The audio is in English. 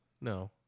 No